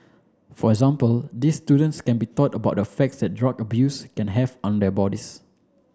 for example these students can be taught about the effects that drug abuse can have on their bodies